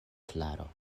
klaro